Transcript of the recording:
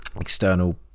external